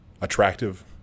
attractive